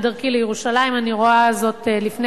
בדרכי לירושלים אני רואה זאת לפני